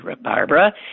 Barbara